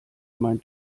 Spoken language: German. mein